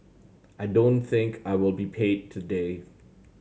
I don't think I will be paid today